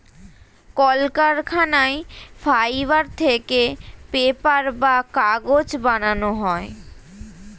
কলকারখানায় ফাইবার থেকে পেপার বা কাগজ বানানো হয়